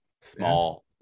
small